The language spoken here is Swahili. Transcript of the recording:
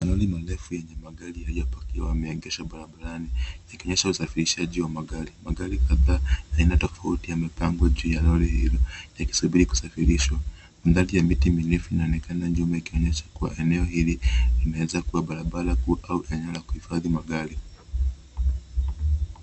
Lori refu lenye magari yaliyopakia wameegesha barabarani likionyesha usafirishaji wa magari. Magari kadhaa ya aina tofauti yamepangwa juu ya lori hilo yakisubiri kusafirishwa. Kandokando miti mirefu inaonekana nyuma ikionyesha kuwa eneo hili linaweza kuwa barabara kuu au eneo la kuhifadhi magari.